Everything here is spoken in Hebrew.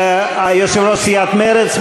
יושב-ראש סיעת מרצ,